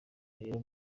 rero